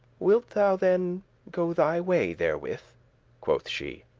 wilt thou then go thy way therewith, quoth she.